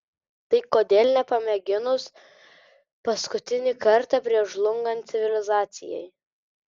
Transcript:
tai kodėl nepamėginus paskutinį kartą prieš žlungant civilizacijai